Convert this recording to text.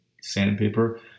sandpaper